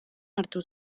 hartu